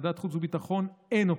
בוועדת החוץ והביטחון אין אופוזיציה,